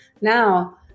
Now